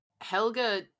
Helga